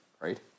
Right